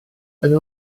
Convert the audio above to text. yno